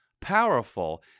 powerful